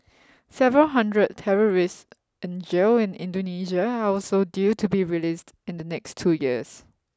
several hundred terrorists in jail in Indonesia are also due to be released in the next two years